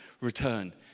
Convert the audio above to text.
return